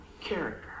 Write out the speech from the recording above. character